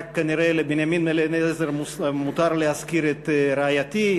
כנראה רק לבנימין בן-אליעזר מותר להזכיר את רעייתי,